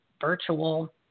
virtual